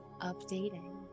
updating